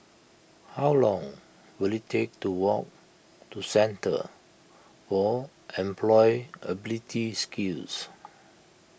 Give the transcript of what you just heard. how long will it take to walk to Centre for Employability Skills